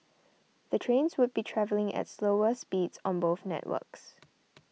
the trains would be travelling at slower speeds on both networks